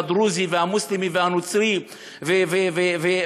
הדרוזי והמוסלמי והנוצרי והבדואי,